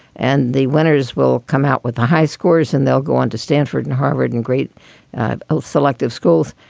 and the winners will come out with ah high scores and they'll go on to stanford and harvard and great ah selective schools.